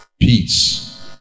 Peace